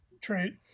trait